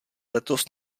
letos